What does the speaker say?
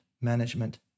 management